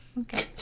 Okay